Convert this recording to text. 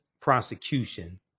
prosecution